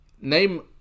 name